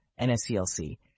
NSCLC